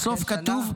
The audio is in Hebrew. בסוף כתוב: